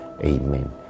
Amen